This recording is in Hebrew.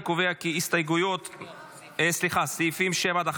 אני קובע כי סעיפים 7 11,